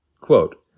Quote